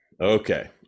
okay